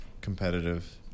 competitive